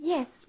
Yes